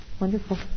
Wonderful